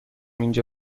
اینجا